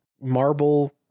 marble